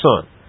son